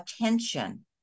attention